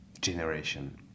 generation